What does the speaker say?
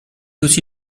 aussi